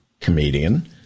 comedian